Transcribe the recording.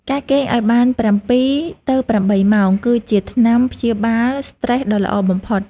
ការគេងឱ្យបាន ៧-៨ ម៉ោង គឺជាថ្នាំព្យាបាលស្ត្រេសដ៏ល្អបំផុត។